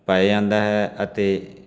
ਪਾਇਆ ਜਾਂਦਾ ਹੈ ਅਤੇ